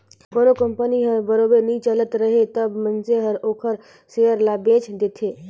कोनो कंपनी हर बरोबर नी चलत राहय तब मइनसे हर ओखर सेयर ल बेंच देथे